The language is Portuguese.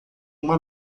uma